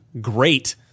great